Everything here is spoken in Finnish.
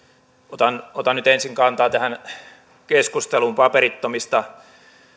otan otan nyt ensin kantaa tähän keskusteluun paperittomista